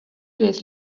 days